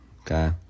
okay